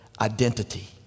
identity